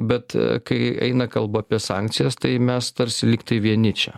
bet kai eina kalba apie sankcijas tai mes tarsi lygtai vieni čia